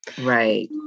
Right